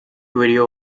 video